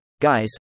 guys